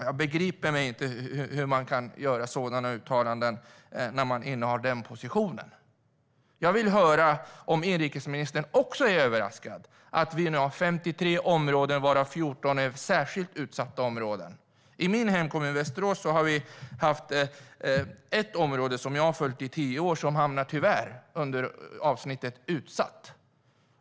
Jag begriper inte hur man kan göra sådana uttalanden när man innehar den positionen. Jag vill höra om inrikesministern också är överraskad över att vi nu har 53 utsatta områden, varav 14 är särskilt utsatta områden. I min hemkommun, Västerås, har vi ett område som jag har följt i tio år som tyvärr klassas som utsatt.